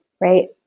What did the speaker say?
right